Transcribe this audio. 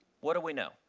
what do we know?